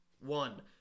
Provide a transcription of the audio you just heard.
One